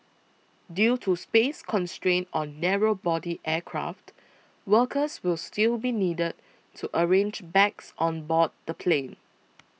due to space constraints on narrow body aircraft workers will still be needed to arrange bags on board the plane